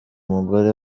umugore